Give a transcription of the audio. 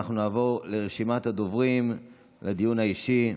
אנחנו נעבור לרשימת הדוברים בדיון האישי: